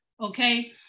okay